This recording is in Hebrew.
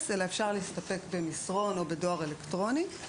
אפשר להסתפק במסרון או בדואר אלקטרוני.